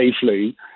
safely